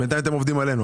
בינתיים אתם עובדים עלינו.